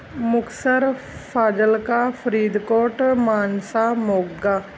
Muktsar Fazilka Faridkot Mansa Moga